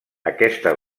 aquesta